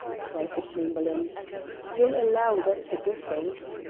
cried the chamberlain you'll allow that's a difference.